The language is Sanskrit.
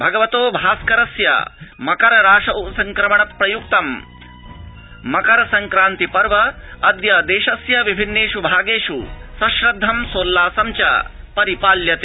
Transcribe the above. भगवतो भास्करस्य मकर राशौ संक्रमण प्रयुक्त मकर संक्रान्ति पर्व अद्य देशस्य विभिन्नेष् भागेष् सश्रद्ध सोल्लासं च परिपाल्यते